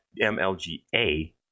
MLGA